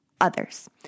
others